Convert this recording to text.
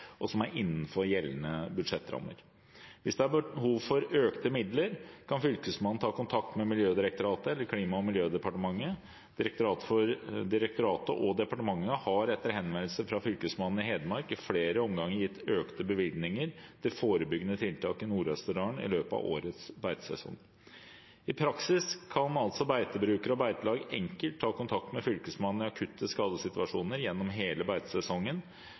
og er innenfor gjeldende budsjettrammer. Hvis det er behov for økte midler, kan Fylkesmannen ta kontakt med Miljødirektoratet eller Klima- og miljødepartementet. Direktoratet og departementet har etter henvendelser fra Fylkesmannen i Hedmark i flere omganger gitt økte bevilgninger til forebyggende tiltak i Nord-Østerdalen i løpet av årets beitesesong. I praksis kan altså beitebrukere og beitelag enkelt ta kontakt med Fylkesmannen i akutte skadesituasjoner gjennom hele beitesesongen